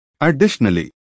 Additionally